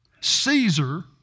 Caesar